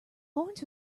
lawrence